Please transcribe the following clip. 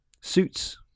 suits